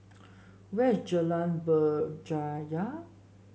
where is Jalan Berjaya